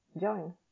join